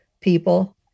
people